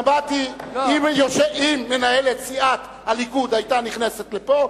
אם מנהלת סיעת הליכוד היתה נכנסת לפה,